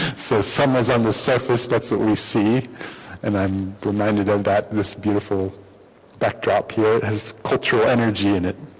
so some has on the surface that's that we see and i'm reminded of that this beautiful backdrop here it has put energy in it